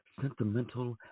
sentimental